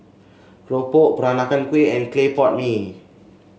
keropok Peranakan Kueh and Clay Pot Mee